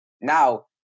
Now